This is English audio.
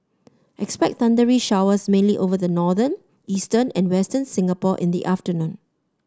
expect thundery showers mainly over the northern eastern and western Singapore in the afternoon